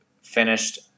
finished